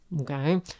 Okay